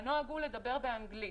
הנוהג הוא לדבר באנגלית.